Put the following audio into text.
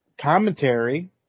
commentary